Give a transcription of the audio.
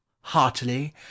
heartily